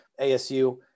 ASU